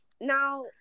Now